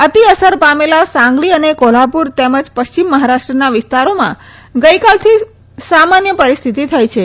અતિઅસર પામેલા સાંગલી અને કોલ્હાપુર તેમજ પશ્ચિમ મહારાષ્ટ્રના વિસ્તારોમાં ગઇકાલથી સામાન્ય પરિસ્થિતિ થઈ છે